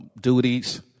duties